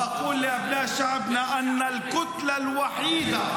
ואני אומר לבני עמנו שהגוש היחיד, )